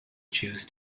choose